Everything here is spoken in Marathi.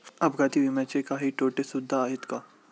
अपघाती विम्याचे काही तोटे सुद्धा आहेत का?